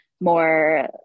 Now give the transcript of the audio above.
more